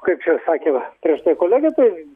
kaip čia sakė prieš tai kolegė tai